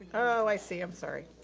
oh, i see. i'm sorry.